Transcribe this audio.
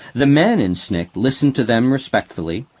the men in sncc listened to them respectfully,